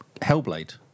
Hellblade